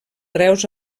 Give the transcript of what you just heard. reus